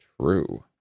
true